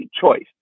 choice